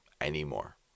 anymore